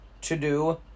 to-do